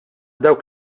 dawk